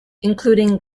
including